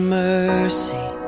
mercy